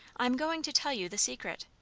i'm going to tell you the secret.